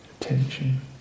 Attention